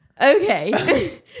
Okay